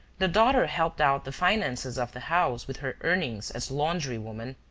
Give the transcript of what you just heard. the daughter helped out the finances of the house with her earnings as laundry-woman.